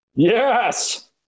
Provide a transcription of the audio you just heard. Yes